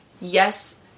Yes